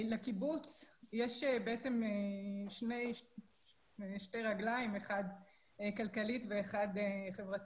לקיבוץ יש שתי רגליים, אחת כלכלית ואחת חברתית.